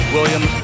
William